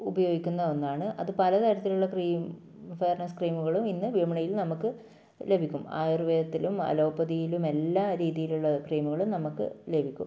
ഉപയോഗിക്കുന്ന ഒന്നാണ് അത് പല തരത്തിലുള്ള ക്രീം ഫെയർനെസ് ക്രീമുകളും ഇന്ന് വിപണിയിൽ നമുക്ക് ലഭിക്കും ആയുർവേദത്തിലും അലോപ്പതിയിലും എല്ലാ രീതിയിലുള്ള ക്രീമുകളും നമുക്ക് ലഭിക്കും